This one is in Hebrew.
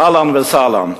אהלן וסהלן.